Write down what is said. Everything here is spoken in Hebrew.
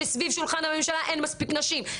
גם ככה רואים שסביב שולחן הממשלה אין מספיק נשים,